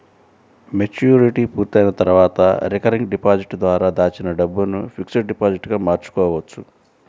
maturity పూర్తయిన తర్వాత recurring deposit ద్వారా దాచిన డబ్బును ఫిక్స్డ్ డిపాజిట్ గా మార్చుకోవచ్చు